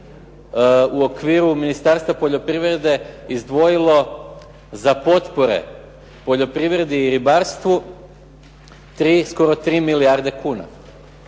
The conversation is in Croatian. u okviru Ministarstva poljoprivrede izdvojilo za potpore poljoprivredi i ribarstvu 3, skoro 3 milijarde kuna.